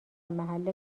محل